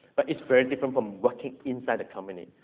but it's very different from working inside the company.